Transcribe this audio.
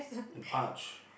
an arch